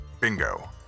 Bingo